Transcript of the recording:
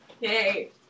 Yay